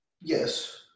Yes